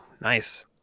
nice